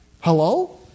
hello